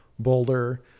Boulder